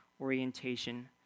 orientation